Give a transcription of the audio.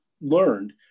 learned